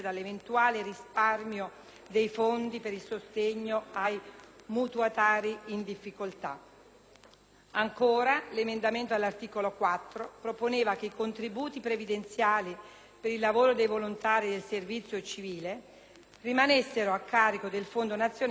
dei fondi per il sostegno ai mutuatari in difficoltà. Ancora, l'emendamento all'articolo 4 proponeva che i contributi previdenziali per il lavoro dei volontari del servizio civile rimanessero a carico del Fondo nazionale del servizio civile.